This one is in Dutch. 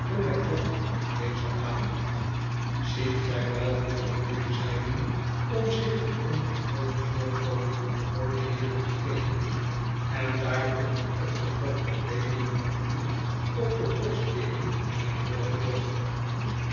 van dezen avond ziet gij'wel hoeveel moeitezij doen om zich het ongedwongen voorkomen van groote heeren te geven en daartoe met opgetrokkene beenen hunne voeten op de borstwering der loge zetten